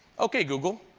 ok google,